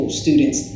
students